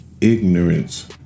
Ignorance